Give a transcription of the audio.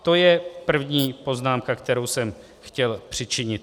To je první poznámka, kterou jsem chtěl přičiniti.